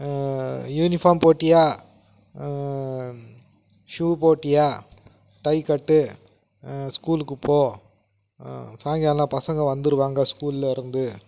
uniform போட்டியா shoe போட்டியா tie கட்டு ஸ்கூலுக்கு போ சாயங்காலம் பசங்கள் வந்துடுவாங்க ஸ்கூலில் இருந்து